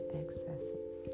excesses